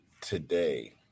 today